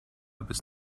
bis